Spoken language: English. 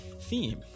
theme